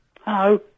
Hello